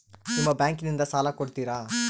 ನಿಮ್ಮ ಬ್ಯಾಂಕಿನಿಂದ ಸಾಲ ಕೊಡ್ತೇರಾ?